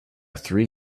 three